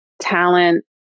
talent